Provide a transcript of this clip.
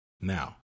Now